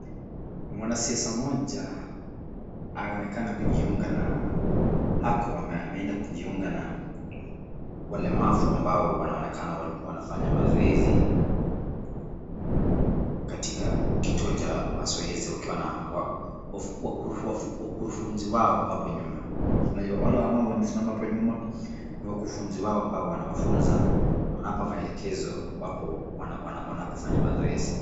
Mwanasiasa mmoja anaonekana kujiunga na ako ameenda kujiunga na walemavu ambao wanaonekana walikuwa wanafanya mazoezi katika kituo cha mazoezi wakiwa na wakufunzi wao hapo nyuma. Wale ambao wamesimama hapo nyuma ni wakufunzi wao ambao wanawafunza na wanawapa maelekezo wapo wanapofanya mazoezi.